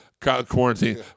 quarantine